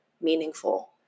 meaningful